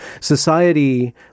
Society